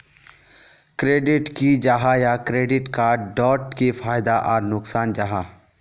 Credit की जाहा या क्रेडिट कार्ड डोट की फायदा आर नुकसान जाहा?